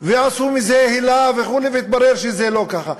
ועשו מזה הילה, וכו', והתברר שזה לא ככה.